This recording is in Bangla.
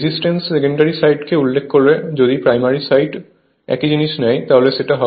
রেসিস্টেন্স সেকেন্ডারি সাইডকে উল্লেখ করে যদি প্রাইমারি সাইড একই জিনিস নেয় তাহলে সেটা হবে R1 K 2 R2